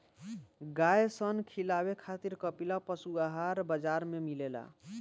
गाय सन खिलावे खातिर कपिला पशुआहार बाजार में मिलेला